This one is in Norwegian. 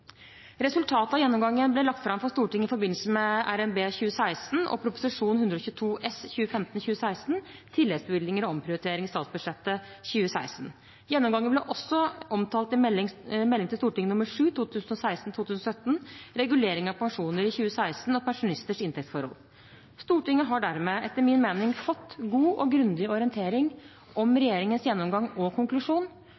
Resultatet av gjennomgangen ble lagt fram for Stortinget i forbindelse med revidert nasjonalbudsjett for 2016, jf. Prop. 122 S for 2015–2016, Tilleggsbevilgninger og omprioriteringer i statsbudsjettet 2016. Gjennomgangen ble også omtalt i Meld. St. nr. 7 for 2016–2017, Regulering av pensjoner i 2016 og pensjonisters inntektsforhold. Stortinget har dermed etter min mening fått god og grundig orientering om